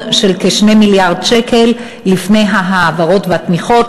של כ-2 מיליארד שקל לפני ההעברות והתמיכות.